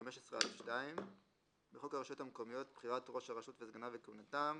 15א2 1. בחוק הרשויות המקומיות (בחירת ראש הרשות וסגניו וכהונתם),